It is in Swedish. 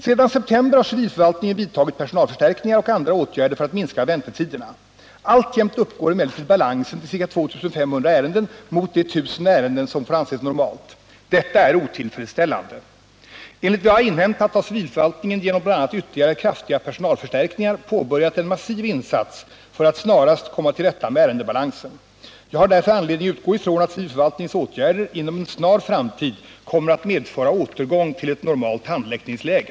Sedan september har civilförvaltningen vidtagit personalförstärkningar och andra åtgärder för att minska väntetiderna. Alltjämt uppgår emellertid balansen till ca 2 500 ärenden mot de ca 1 000 ärenden som får anses normalt. Detta är otillfredsställande. Enligt vad jag har inhämtat har civilförvaltningen genom bl.a. ytterligare kraftiga personalförstärkningar påbörjat en massiv insats för att snarast komma till rätta med ärendebalansen. Jag har därför anledning utgå ifrån att civilförvaltningens åtgärder inom en snar framtid kommer att medföra återgång till ett normalt handläggningsläge.